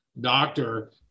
doctor